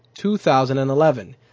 2011